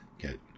get